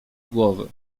głowy